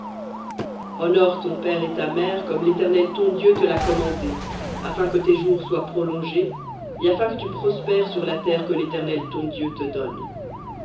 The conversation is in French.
honore ton père et ta mère comme l'éternel ton dieu te l'a commandé afin que tes jours soient prolongés et afin que tu prospères sur la terre que l'éternel ton dieu te donne